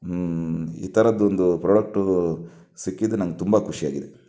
ಈ ಥರದ್ದೊಂದು ಪ್ರಾಡಕ್ಟ್ ಸಿಕ್ಕಿದ್ದು ನನಗೆ ತುಂಬ ಖುಷಿ ಆಗಿದೆ